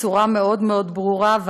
בצורה מאוד מאוד ברורה,